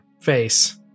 face